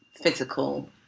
physical